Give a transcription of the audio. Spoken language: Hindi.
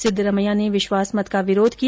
सिद्ध रमैया ने विश्वास मत का विरोध किया